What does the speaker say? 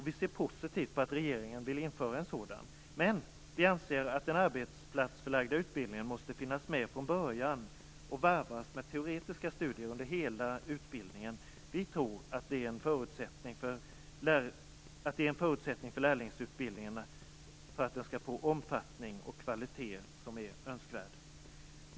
Vi ser positivt på att regeringen vill införa en sådan. Men vi anser att den arbetsplatsförlagda utbildningen måste finnas med från början och varvas med teoretiska studier under hela utbildningen. Vi tror att det är en förutsättning för att lärlingsutbildningarna skall få den omfattning och kvalitet som är önskvärd.